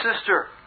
sister